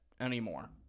anymore